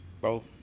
bro